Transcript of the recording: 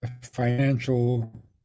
financial